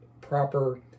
proper